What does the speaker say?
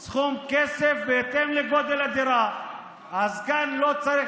יש היטלים לאזרח במדינה שצריך